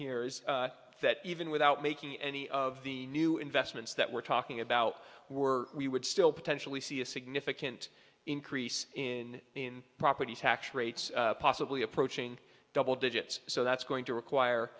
is that even without making any of the new investments that we're talking about were we would still potentially see a significant increase in in property tax rates possibly approaching double digits so that's going to require